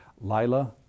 Lila